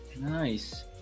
Nice